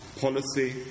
policy